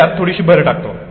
मी त्यात थोडीसी भर घालतो